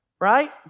right